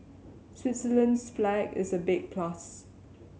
Switzerland's flag is a big plus